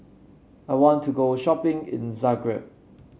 I want to go shopping in Zagreb